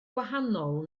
gwahanol